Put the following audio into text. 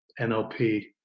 NLP